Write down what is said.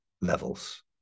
levels